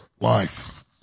life